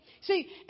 See